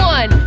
One